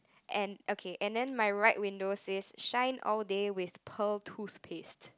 and okay and then my right window says shine all day with pearl toothpaste